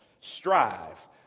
strive